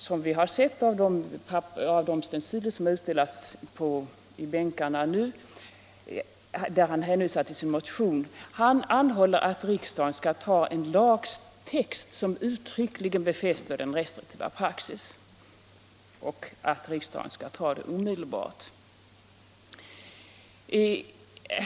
Som vi har sett av den stencil som delats ut på bänkarna hänvisar nu herr Wijkman till sin motion och hemställer att riksdagen omedelbart skall anta en lagtext som uttryckligen befäster denna restriktiva praxis.